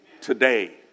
today